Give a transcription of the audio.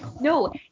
No